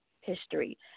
history